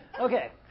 Okay